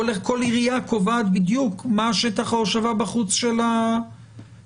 כל עירייה קובעת בדיוק מה השטח ההושבה בחוץ של המסעדה,